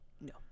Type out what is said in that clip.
No